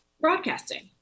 broadcasting